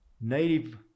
native